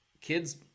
kids